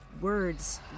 words